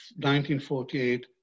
1948